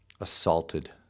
assaulted